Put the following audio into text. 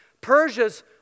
Persia's